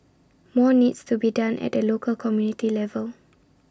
more needs to be done at the local community level